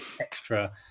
extra